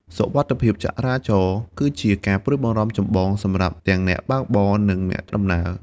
សុវត្ថិភាពចរាចរណ៍គឺជាការព្រួយបារម្ភចម្បងសម្រាប់ទាំងអ្នកបើកបរ និងអ្នកដំណើរ។